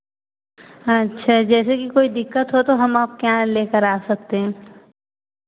अच्छा जैसे कि कोई दिक्कत हो तो हम आपके यहाँ लेकर आ सकते हैं